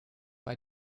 bei